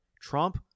Trump